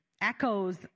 echoes